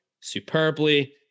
superbly